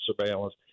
surveillance